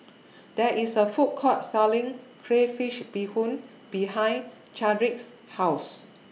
There IS A Food Court Selling Crayfish Beehoon behind Chadrick's House